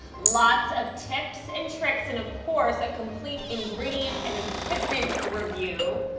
lots of tips and tricks and of course, a complete ingredient and equipment review,